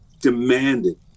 demanded